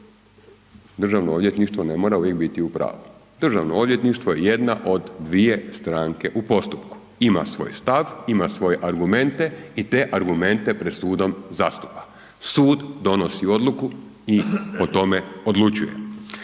Državno odvjetništvo ne mora uvijek biti u pravu. Državno odvjetništvo je jedna od dvije stranke u postupku. Ima svoj stav, ima svoje argumente i te argumente pred sudom zastupa. Sud donosi odluku i o tome odlučuje.